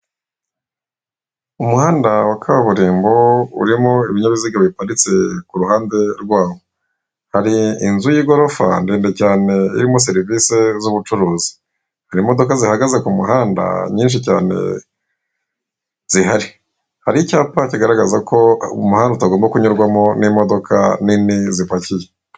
Umuhanda wa kaburimbo urimo ibinyabiziga biparitse ku ruhande rwawo, hari inzu y'igorofa ndende cyane irimo serivise z'ubucuruzi, hari imodoka zihagaze ku muhanda nyinshi cyane zihari, hari icyapa kigaragaza ko umuhanda utagomba kunyurwamo n'imodoka nini zipakiye.